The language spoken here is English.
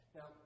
Now